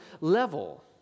level